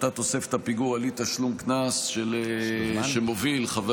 הפחתת תוספת הפיגור על אי-תשלום קנס) שמוביל חבר